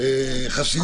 שהגדרנו,